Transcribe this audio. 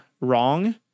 wrong